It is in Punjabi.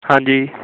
ਹਾਂਜੀ